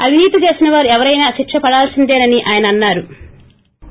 అవినీతి చేసిన వారు ఎవరైనా శిక్ష పడాల్సిందేనని అన్నారు